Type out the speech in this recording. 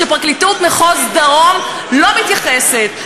שפרקליטות מחוז דרום לא מתייחסת,